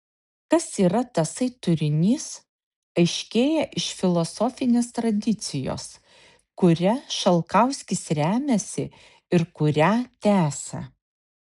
kas yra tasai turinys aiškėja iš filosofinės tradicijos kuria šalkauskis remiasi ir kurią tęsia